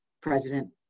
President